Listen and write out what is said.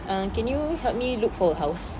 uh can you help me look for a house